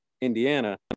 indiana